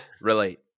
relate